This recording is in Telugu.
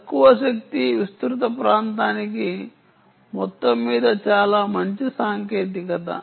తక్కువ శక్తి విస్తృత ప్రాంతానికి మొత్తంమీద చాలా మంచి సాంకేతికత